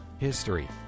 History